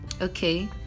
okay